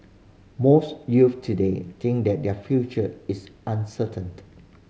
most youth today think that their future is uncertain